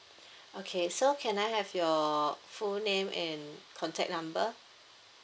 okay so can I have your full name and contact number